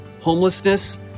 homelessness